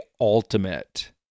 Ultimate